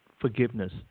forgiveness